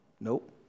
Nope